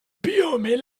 biome